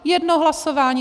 Jedno hlasování.